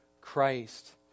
Christ